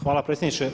Hvala predsjedniče.